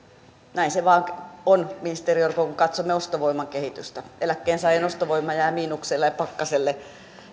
näin se vain on ministeri orpo kun katsomme ostovoiman kehitystä eläkkeensaajien ostovoima jää miinukselle ja pakkaselle